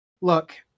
Look